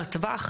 טווח,